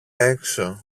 έξω